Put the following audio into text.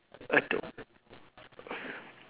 Adob